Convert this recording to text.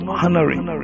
honoring